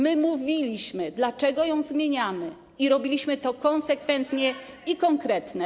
My mówiliśmy, dlaczego ją zmieniamy i robiliśmy to konsekwentnie i konkretnie.